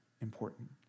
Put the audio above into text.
important